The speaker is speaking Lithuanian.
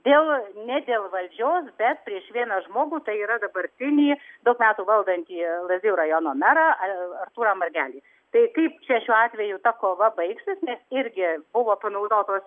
dėl ne dėl valdžios bet prieš vieną žmogų tai yra dabartinį daug metų valdantį lazdijų rajono merą artūrą margelį tai kaip čia šiuo atveju ta kova baigsis nes irgi buvo panaudotos